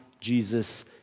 Jesus